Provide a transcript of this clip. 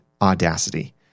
Audacity